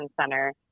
center